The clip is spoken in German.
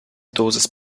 dosis